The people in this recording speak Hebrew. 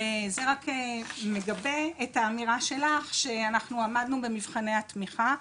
וזה רק מגבה את האמירה שלך שאנחנו עמדנו במבחני התמיכה.